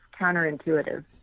counterintuitive